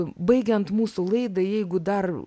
baigiant mūsų laidą jeigu dar